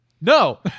No